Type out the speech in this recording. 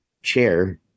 chair